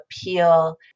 appeal